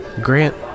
Grant